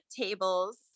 tables